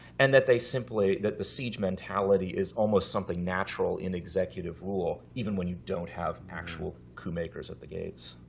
and that they simply that the siege mentality is almost something natural in executive rule, even when you don't have actual coup makers at the gates.